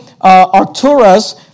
Arcturus